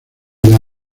vida